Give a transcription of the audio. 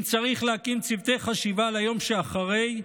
אם צריך להקים צוותי חשיבה על היום שאחרי,